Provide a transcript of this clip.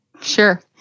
Sure